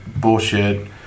bullshit